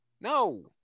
no